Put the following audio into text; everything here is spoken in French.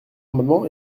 amendement